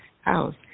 House